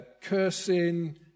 cursing